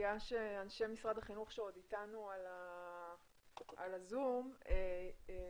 מציעה שאנשי משרד החינוך שעוד אתנו על הזום ייקחו